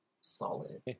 Solid